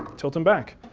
tilt them back.